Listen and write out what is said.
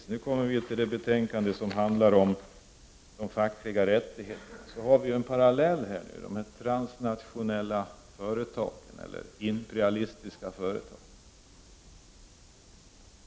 Jag kommer nu till det betänkande som handlar om de fackliga rättigheterna. Vi har här en parallell i de transnationella — eller imperialistiska — företagen.